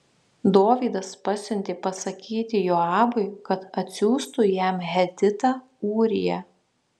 dovydas pasiuntė pasakyti joabui kad atsiųstų jam hetitą ūriją